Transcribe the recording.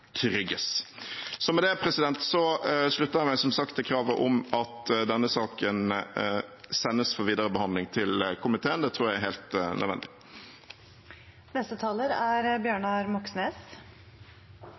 trygges. Med det slutter jeg meg som sagt til kravet om at denne saken sendes komiteen for videre behandling. Det tror jeg er helt